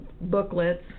booklets